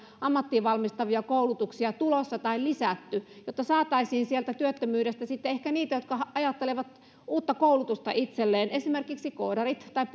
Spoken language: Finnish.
ammattiin valmistavia koulutuksia tulossa tai lisätty jotta saataisiin sieltä työttömyydestä sitten ehkä heitä jotka ajattelevat uutta koulutusta itselleen esimerkiksi koodarit tai